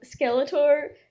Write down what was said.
Skeletor